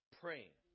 praying